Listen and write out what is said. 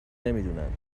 نمیدونند